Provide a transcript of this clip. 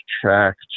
track